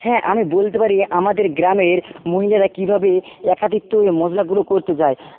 হ্যাঁ আমি বলতে পারি আমাদের গ্রামের মহিলারা কীভাবে একাতিত্ব হয়ে মশলা গুঁড়ো করতে যায়